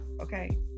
Okay